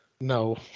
No